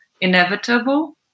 inevitable